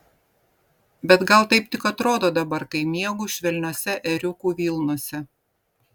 bet gal taip tik atrodo dabar kai miegu švelniose ėriukų vilnose